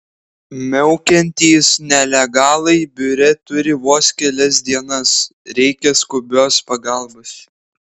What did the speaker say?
miaukiantys nelegalai biure turi vos kelias dienas reikia skubios pagalbos